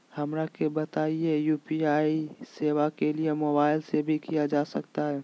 हमरा के बताइए यू.पी.आई सेवा के लिए मोबाइल से भी किया जा सकता है?